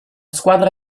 squadra